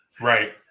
Right